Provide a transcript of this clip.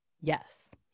Yes